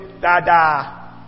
Dada